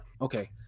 Okay